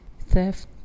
Theft